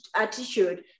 attitude